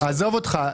עזוב אותך.